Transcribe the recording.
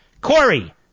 Corey